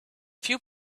few